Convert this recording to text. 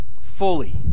fully